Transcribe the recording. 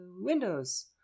Windows